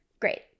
great